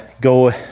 go